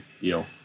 deal